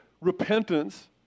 repentance